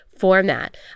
format